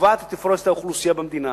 שקובעת את תפרוסת האוכלוסייה במדינה